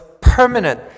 permanent